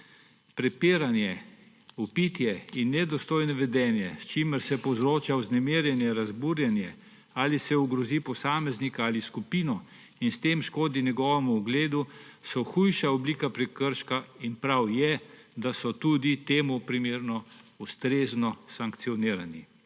Prepiranje, vpitje in nedostojno vedenje, s čimer se povzroča vznemirjanje, razburjenje ali se ogrozi posameznika ali skupino in s tem škodi njegovemu ugledu, so hujša oblika prekrška. In prav je, da so tudi temu primerno ustrezno sankcionirani.